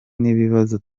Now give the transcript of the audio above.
n’ibibazo